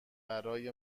برای